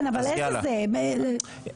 --- של ראש הממשלה בנימין נתניהו'.